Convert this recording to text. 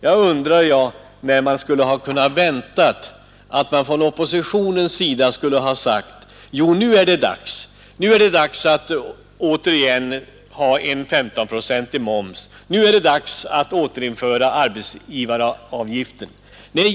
Jag undrar när man från oppositionens sida skulle ha sagt: Jo, nu är det dags att åter ha en 15-procentig moms, nu är det dags att återinföra arbetsgivaravgiften.